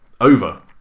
over